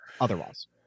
otherwise